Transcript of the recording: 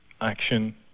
action